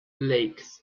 lakes